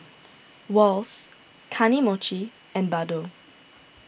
Wall's Kane Mochi and Bardot